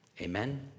Amen